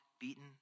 beaten